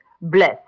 Bless